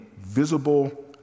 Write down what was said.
visible